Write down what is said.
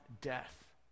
death